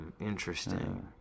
Interesting